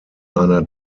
einer